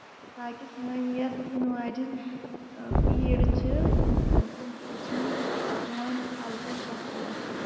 تاکہِ سٲنۍ یۄس یِنہٕ واجین پیٖڑ چھِ تِم تہِ وٕچھن سون کَلچر کیٛاہ اوس